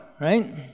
right